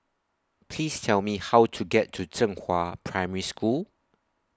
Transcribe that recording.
Please Tell Me How to get to Zhenghua Primary School